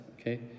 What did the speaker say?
okay